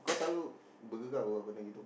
kau selalu bergegar apa kalau kena gitu